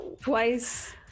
Twice